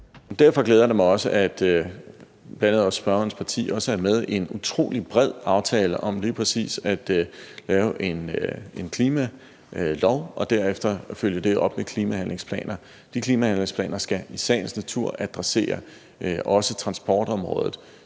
Derfor glæder det mig også, at bl.a. spørgerens parti er med i en utrolig bred aftale om lige præcis at lave en klimalov og derefter følge det op med klimahandlingsplaner. De klimahandlingsplaner skal i sagens natur også adressere transportområdet.